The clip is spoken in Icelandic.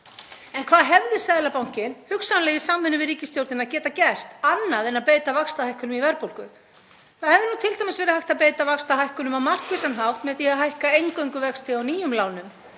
En hvað hefði Seðlabankinn, hugsanlega í samvinnu við ríkisstjórnina, getað gert annað en að beita vaxtahækkunum í verðbólgu? Það hefði t.d. verið hægt að beita vaxtahækkunum á markvissan hátt með því að hækka eingöngu vexti á nýjum lánum.